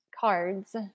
cards